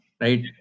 Right